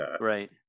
right